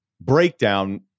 breakdown